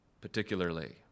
particularly